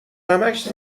همش